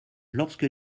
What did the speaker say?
lorsque